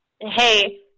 hey